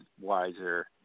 Wiser